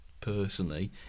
personally